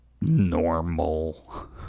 normal